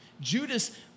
judas